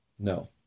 No